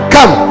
Come